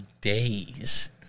days